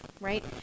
right